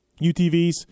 UTVs